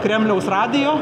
kremliaus radijo